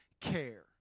care